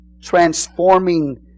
Transforming